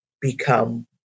become